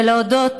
ולהודות